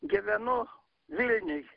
gyvenu vilniuj